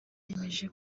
yemeje